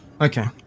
Okay